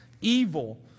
evil